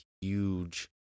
huge